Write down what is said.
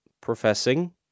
professing